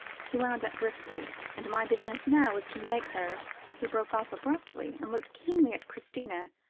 he wound up briskly, and my business now is to make her he broke off abruptly, and looked keenly at christina,